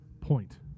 point